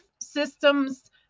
systems